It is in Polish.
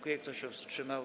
Kto się wstrzymał?